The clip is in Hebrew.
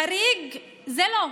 חריג זה לא.